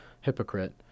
hypocrite